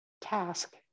task